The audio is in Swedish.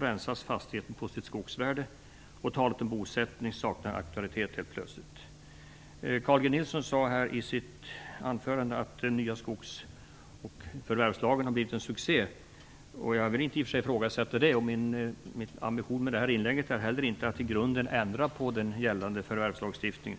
rensas fastigheten på sitt skogsvärde och talet om bosättning saknar helt plötsligt aktualitet. Carl G Nilsson sade i sitt anförande att den nya skogs och förvärvslagen har blivit en succé. Jag vill inte ifrågasätta det. Min ambition med det här inlägget är inte heller att i grunden ändra på den gällande förvärvslagstiftningen.